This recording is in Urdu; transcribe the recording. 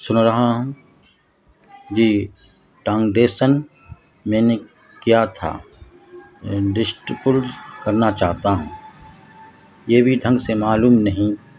سن رہا ہوں جی میں نے کیا تھا کرنا چاہتا ہوں یہ بھی ڈھنگ سے معلوم نہیں